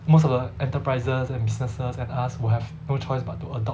most of the enterprises and businesses and us will have no choice but to adopt